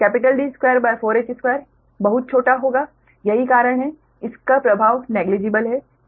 तो D24h2 बहुत छोटा होगा यही कारण है कि इसका प्रभाव नगण्य है